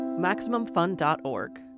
MaximumFun.org